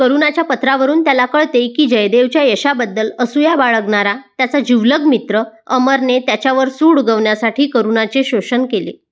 करुणाच्या पत्रावरून त्याला कळते की जयदेवच्या यशाबद्दल असूया बाळगणारा त्याचा जीवलग मित्र अमरने त्याच्यावर सूड उगवण्यासाठी करुणाचे शोषण केले